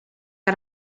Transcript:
got